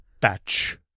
batch